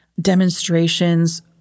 demonstrations